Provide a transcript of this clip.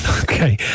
okay